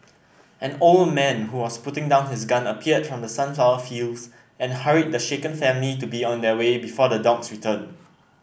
an old man who was putting down his gun appeared from the sunflower fields and hurried the shaken family to be on their way before the dogs return